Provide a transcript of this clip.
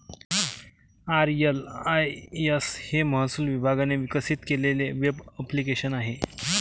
RLIS हे महसूल विभागाने विकसित केलेले वेब ॲप्लिकेशन आहे